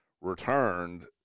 returned